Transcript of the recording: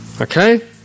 Okay